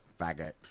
faggot